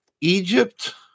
Egypt